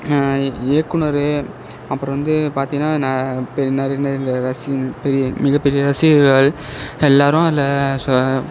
இயக்குனர் அப்புறம் வந்து பார்த்திங்கன்னா ந பெ நிறைய நிறைய இந்த ரசி பெரிய மிகப்பெரிய ரசிகர்கள் எல்லாேரும் அதில் ச